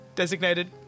designated